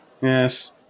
yes